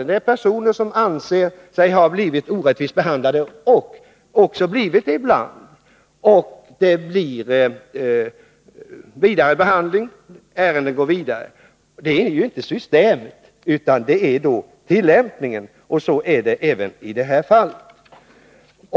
Det kan vara personer som anser sig ha blivit orättvist behandlade och som också har blivit det ibland — man får utreda det speciella ärendet. Men det är då inte systemet det är fel på, utan det är tillämpningen. Så är det även i det här fallet.